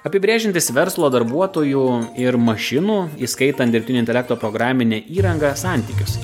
apibrėžiantis verslo darbuotojų ir mašinų įskaitant dirbtinio intelekto programinę įrangą santykius